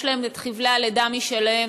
יש להם חבלי לידה משלהם,